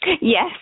Yes